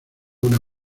una